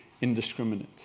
indiscriminate